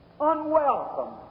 unwelcome